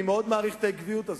אני מאוד מעריך את העקביות הזאת.